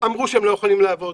אמרו שהם לא יכולים לעבוד,